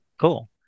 Cool